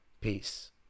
Peace